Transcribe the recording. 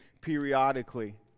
periodically